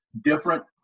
different